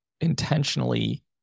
intentionally